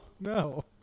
No